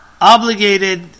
obligated